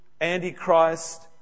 antichrist